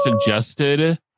suggested